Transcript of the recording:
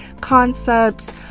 concepts